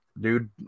dude